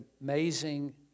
amazing